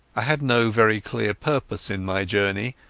i had no very clear purpose in my journey,